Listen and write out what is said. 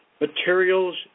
materials